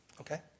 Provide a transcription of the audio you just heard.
Okay